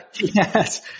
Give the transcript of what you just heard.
Yes